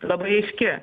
labai aiški